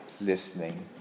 listening